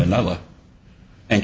another and